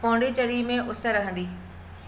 पोंडीचेरी में उस रहंदी